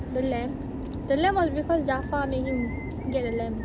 the lamp the lamp was because jafar made him get the lamp